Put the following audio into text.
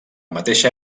mateixa